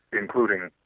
including